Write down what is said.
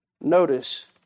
Notice